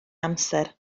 amser